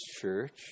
church